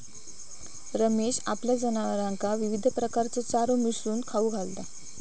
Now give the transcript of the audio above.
रमेश आपल्या जनावरांका विविध प्रकारचो चारो मिसळून खाऊक घालता